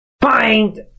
find